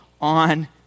on